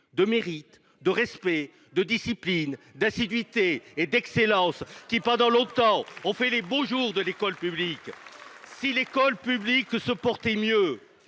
de mérite, de respect, de discipline, d’assiduité et d’excellence qui, pendant longtemps, ont fait les beaux jours de l’école publique ? Si l’école publique se portait mieux,